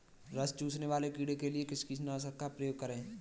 रस चूसने वाले कीड़े के लिए किस कीटनाशक का प्रयोग करें?